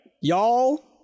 Y'all